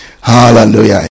Hallelujah